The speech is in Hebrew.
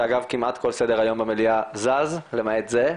שאגב כמעט כל סדר היום במליאה זז, למעט זה.